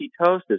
ketosis